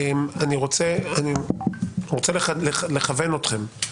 אני רוצה לכוון אתכם,